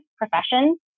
professions